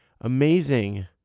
amazing